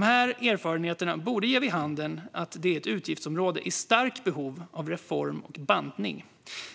Dessa erfarenheter borde ge vid handen att det är ett utgiftsområde i starkt behov av reform och bantning.